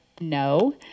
no